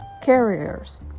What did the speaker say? carriers